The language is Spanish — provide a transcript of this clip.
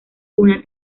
una